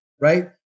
right